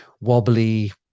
wobbly